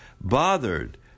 Bothered